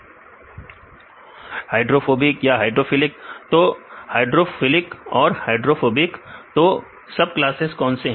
विद्यार्थी hydrophilic hydrophobic तो hydrophilic और हाइड्रोफोबिक तो फिर सबक्लासेस कौन से हैं